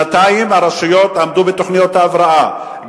שנתיים הרשויות עמדו בתוכניות ההבראה,